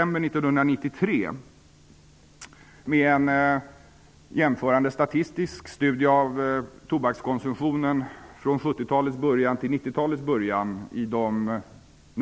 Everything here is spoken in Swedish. med en jämförande statistisk studie av tobakskonsumtionen i de nordiska länderna från 70 talets början till 90-talets början.